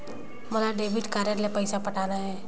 मोला debit card ले पइसा पटाना हे?